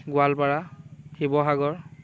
Goalpara Sivasagar